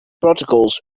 protocols